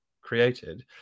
created